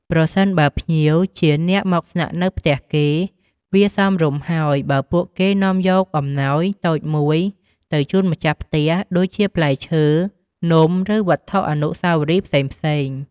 ប្រសិនបើភ្ញៀវជាអ្នកមកស្នាក់នៅផ្ទះគេ វាសមរម្យហើយបើពួកគេនាំយកអំណោយតូចមួយទៅជូនម្ចាស់ផ្ទះ ដូចជាផ្លែឈើ នំ ឬវត្ថុអនុស្សាវរីយ៍ផ្សេងៗ។